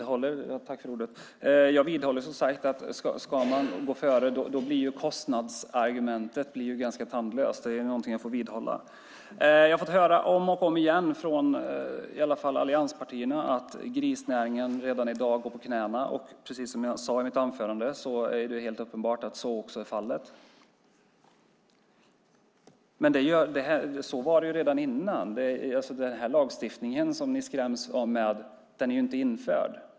Herr talman! Jag vidhåller som sagt att ska man gå före blir kostnadsargumentet ganska tandlöst. Jag har fått höra om och om igen från allianspartierna att grisnäringen redan i dag går på knäna. Precis som jag sade i mitt anförande är det helt uppenbart att så också är fallet. Men så var det redan innan. Den lagstiftning som ni skräms med är ju inte införd.